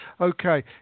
Okay